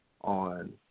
on –